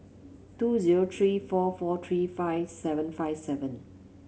two zero three four four three five seven five seven